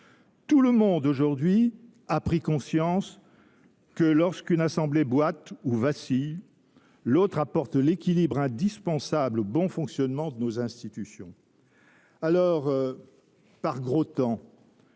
Tout le monde aujourd’hui en a pris conscience, lorsque l’une des deux assemblées boite ou vacille, l’autre apporte l’équilibre indispensable au bon fonctionnement de nos institutions. Par gros temps,